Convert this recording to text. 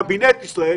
קבינט ישראל,